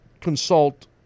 consult